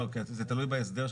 לא, כי זה תלוי בהסדר.